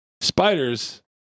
Spiders